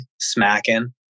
smacking